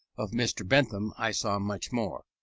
of mr. bentham i saw much more,